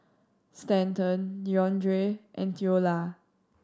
Stanton Deondre and Theola